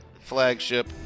flagship